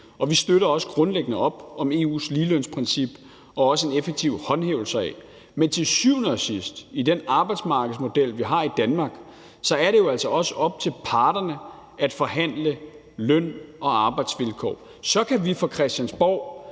og vi støtter også grundlæggende op om EU's ligelønsprincip og også en effektiv håndhævelse heraf. Men til syvende og sidst er det jo i den arbejdsmodel, vi har i Danmark, altså også op til parterne at forhandle løn og arbejdsvilkår. Så kan vi fra Christiansborg